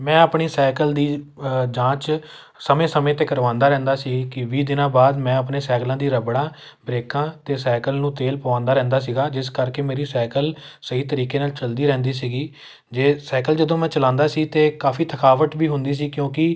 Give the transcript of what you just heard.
ਮੈਂ ਆਪਣੀ ਸਾਈਕਲ ਦੀ ਜਾਂਚ ਸਮੇਂ ਸਮੇਂ 'ਤੇ ਕਰਵਾਉਂਦਾ ਰਹਿੰਦਾ ਸੀ ਕਿ ਵੀਹ ਦਿਨਾਂ ਬਾਅਦ ਮੈਂ ਆਪਣੇ ਸਾਈਕਲਾਂ ਦੀ ਰਬੜਾਂ ਬਰੇਕਾਂ ਅਤੇ ਸਾਈਕਲ ਨੂੰ ਤੇਲ ਪਵਾਉਂਦਾ ਰਹਿੰਦਾ ਸੀਗਾ ਜਿਸ ਕਰਕੇ ਮੇਰੀ ਸਾਈਕਲ ਸਹੀ ਤਰੀਕੇ ਨਾਲ ਚੱਲਦੀ ਰਹਿੰਦੀ ਸੀਗੀ ਜੇ ਸਾਈਕਲ ਜਦੋਂ ਮੈਂ ਚਲਾਉਂਦਾ ਸੀ ਤਾਂ ਕਾਫੀ ਥਕਾਵਟ ਵੀ ਹੁੰਦੀ ਸੀ ਕਿਉਂਕਿ